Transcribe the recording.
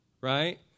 right